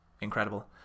incredible